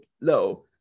no